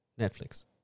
Netflix